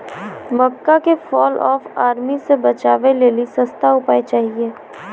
मक्का के fall of army से बचाबै लेली सस्ता उपाय चाहिए?